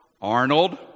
Arnold